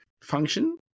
function